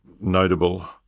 notable